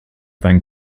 than